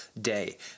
day